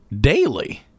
daily